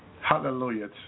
Hallelujah